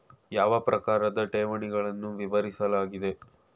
ಯಾವ ಪ್ರಕಾರದ ಠೇವಣಿಗಳನ್ನು ವಿವರಿಸಲಾಗಿದೆ?